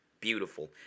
beautiful